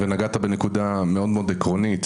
נגעת בנקודה מאוד מאוד עקרונית,